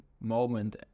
moment